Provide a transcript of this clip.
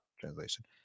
translation